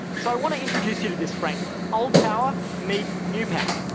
so i want to introduce you to this framework old power, meet new power.